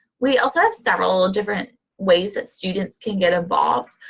we also have several different ways that students can get involved.